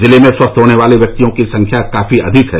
जिले में स्वस्थ होने वाले व्यक्तियों की संख्या काफी अधिक है